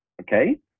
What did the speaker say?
Okay